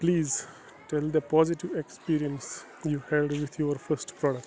please tell the positive experience you had with your first product